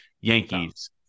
Yankees